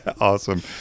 Awesome